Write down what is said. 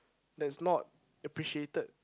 that's not appreciated